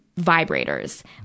vibrators